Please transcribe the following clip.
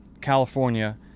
California